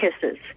kisses